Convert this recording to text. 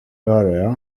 area